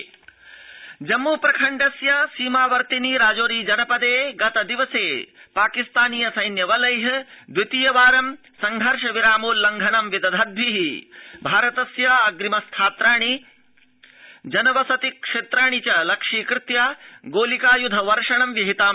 संघर्षविरामोल्लंघनम् जम्मु प्रखण्डस्य सीमावर्तिनि राजौरी जनपदे गतदिने पाकिस्तानीय सैन्य बलै द्वितीय वारं संघर्ष विरामोल्लंघनं विदधन्द्र भारतस्य अप्रिम स्थात्राणि जनवसति क्षेत्राणि च लक्ष्यीकृत्य गोलिकायुध वर्षणं विहितम्